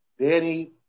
Danny